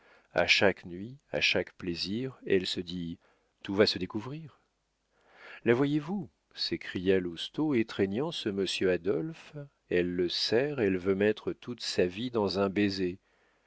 a chaque nuit à chaque plaisir elle se dit tout va se découvrir la voyez-vous s'écria lousteau étreignant ce monsieur adolphe elle le serre elle veut mettre toute sa vie dans un baiser